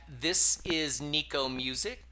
ThisIsNicoMusic